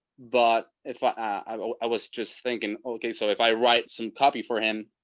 but if i i was just thinking, okay, so if i write some copy for him,